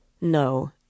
no